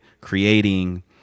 creating